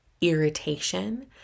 irritation